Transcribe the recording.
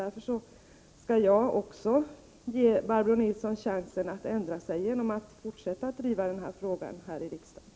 Därför skall jag också ge Barbro Nilsson chansen att ändra sig genom att fortsätta att driva denna fråga här i riksdagen.